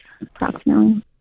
approximately